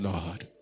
Lord